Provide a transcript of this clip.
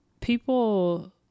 people